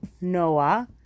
Noah